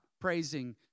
praising